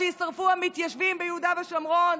שיישרפו המתיישבים ביהודה ושומרון,